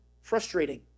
frustrating